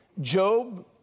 Job